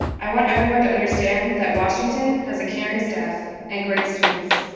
i want everyone to understand that washington has a caring staffing and great students.